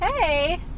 Hey